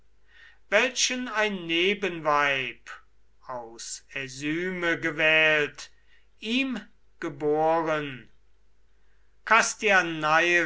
welchen ein nebenweib aus äsyme gewählt ihm geboren